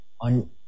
on